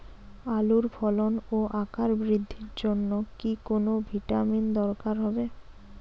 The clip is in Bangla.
আলুর ফলন ও আকার বৃদ্ধির জন্য কি কোনো ভিটামিন দরকার হবে?